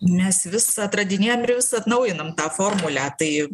mes vis atradinėjam ir vis atnaujinam tą formulę tai